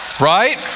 right